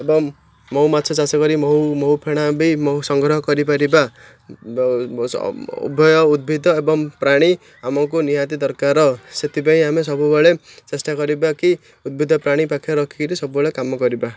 ଏବଂ ମହୁମାଛି ଚାଷ କରି ମହୁ ମହୁ ଫେଣା ବି ମହୁ ସଂଗ୍ରହ କରିପାରିବା ଉଭୟ ଉଦ୍ଭିଦ ଏବଂ ପ୍ରାଣୀ ଆମକୁ ନିହାତି ଦରକାର ସେଥିପାଇଁ ଆମେ ସବୁବେଳେ ଚେଷ୍ଟା କରିବା କି ଉଦ୍ଭିଦ ପ୍ରାଣୀ ପାଖରେ ରଖିକିରି ସବୁବେଳେ କାମ କରିବା